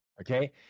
Okay